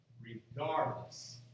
regardless